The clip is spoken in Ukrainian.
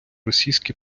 російські